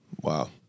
Wow